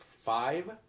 five